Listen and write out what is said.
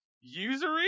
usury